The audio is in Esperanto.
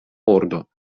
ordo